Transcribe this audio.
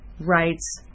rights